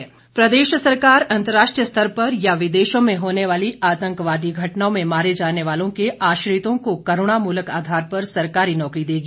cabinet प्रदेश सरकार अंतर्राष्ट्रीय स्तर पर या विदेशों में होने वाली आतंकवादी घटनाओं में मारे जाने वालों के आश्रितों को करूणामूलक आधार पर सरकारी नौकरी देगी